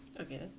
Okay